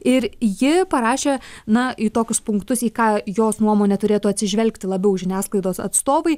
ir ji parašė na į tokius punktus į ką jos nuomone turėtų atsižvelgti labiau žiniasklaidos atstovai